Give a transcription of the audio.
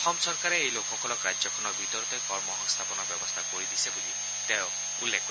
অসম চৰকাৰে এই লোকসকলক ৰাজ্যখনৰ ভিতৰতে কৰ্মসংস্থাপনৰ ব্যৱস্থা কৰি দিছে বুলি তেওঁ উল্লেখ কৰে